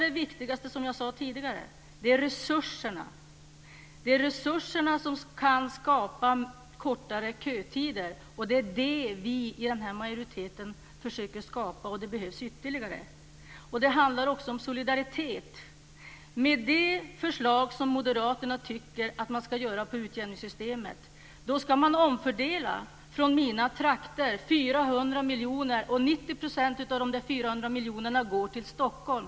Det viktigaste är, som jag sade tidigare, resurserna. Det är resurserna som kan skapa kortare kötider och det är det vi i den här majoriteten försöker skapa och det behövs ytterligare. Det handlar också om solidaritet. Enligt det förslag som moderaterna har lagt fram när det gäller utjämningssystemet ska man från mina trakter omfördela 400 miljoner. Och 90 % av de 400 miljonerna går till Stockholm.